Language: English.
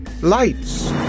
lights